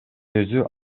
өзү